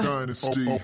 Dynasty